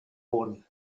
wurden